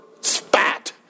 spat